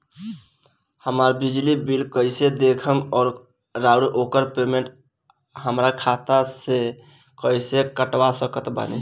हमार बिजली बिल कईसे देखेमऔर आउर ओकर पेमेंट हमरा खाता से कईसे कटवा सकत बानी?